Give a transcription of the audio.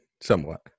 somewhat